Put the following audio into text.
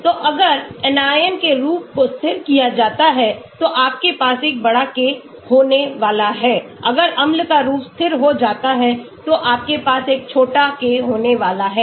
तो अगर anion के रूप को स्थिर किया जाता है तो आपके पास एक बड़ा K होने वाला है अगर अम्ल का रूप स्थिर हो जाता है तो आपके पास एक छोटा K होने वाला है